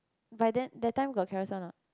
by then that time got Carousel not